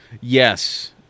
Yes